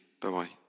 Bye-bye